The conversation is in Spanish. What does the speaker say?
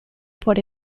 por